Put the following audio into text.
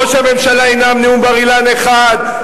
ראש הממשלה ינאם נאום בר-אילן אחד,